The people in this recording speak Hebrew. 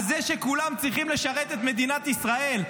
על זה שכולם צריכים לשרת את מדינת ישראל,